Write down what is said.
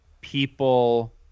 people